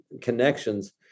connections